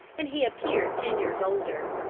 and he appeared ten years older.